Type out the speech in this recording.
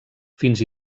fins